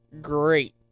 great